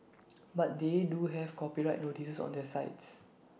but they do have copyright notices on their sites